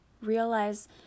Realize